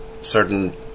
certain